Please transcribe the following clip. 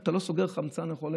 אתה לא סוגר חמצן לחולה.